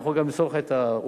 אני יכול גם למסור לך את העובדות,